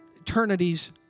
eternities